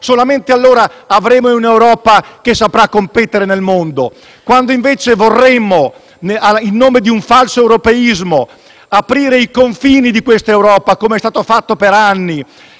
solamente allora avremo un'Europa che saprà competere nel mondo. Se invece vorremo in nome di un falso europeismo aprire i confini di questa Europa (come è stato fatto per anni)